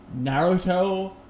naruto